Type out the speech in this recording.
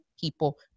people